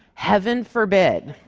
heaven forbid.